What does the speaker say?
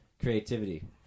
creativity